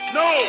no